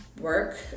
work